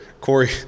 Corey